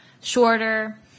shorter